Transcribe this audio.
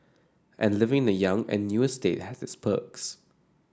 and living in the young and new estate has its perks